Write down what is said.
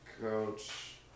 coach